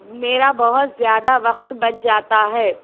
میرا بہت زیادہ وقت بچ جاتا ہے